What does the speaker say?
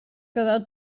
quedar